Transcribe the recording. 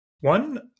One